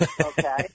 okay